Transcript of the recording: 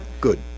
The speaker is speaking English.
Good